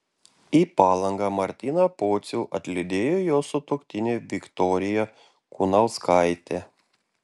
į palangą martyną pocių atlydėjo jo sutuoktinė viktorija kunauskaitė